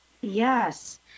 Yes